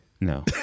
No